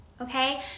Okay